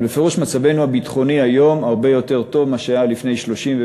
אבל בפירוש מצבנו הביטחוני היום הרבה יותר טוב ממה שהיה לפני 30 שנה,